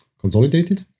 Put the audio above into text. consolidated